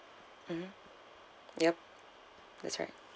mmhmm yup that's right